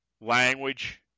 language